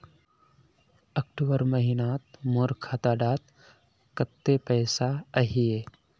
अक्टूबर महीनात मोर खाता डात कत्ते पैसा अहिये?